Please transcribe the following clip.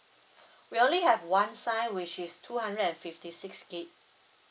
we only have one sign which is two hundred and fifty six gig